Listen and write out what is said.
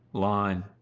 line,